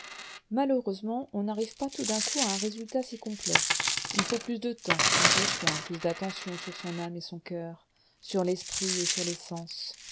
malheureusement on n'arrive pas tout d'un coup à un résultat si complet il faut plus de temps plus de soins plus d'attention sur son âme et son coeur sur l'esprit et sur